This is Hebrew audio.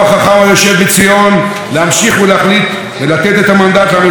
ולתת את המנדט לממשלה חשובה זו ולאופוזיציה הטובה הזו,